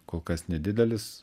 kol kas nedidelis